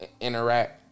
interact